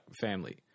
family